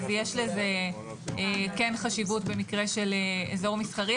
ויש לזה חשיבות במקרה של איזור מסחרי.